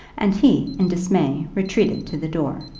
and he, in dismay, retreated to the door.